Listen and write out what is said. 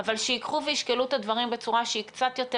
אבל שישקלו את הדברים בצורה שהיא קצת יותר